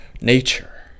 nature